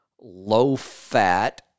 low-fat